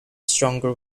stronger